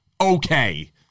okay